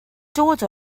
dod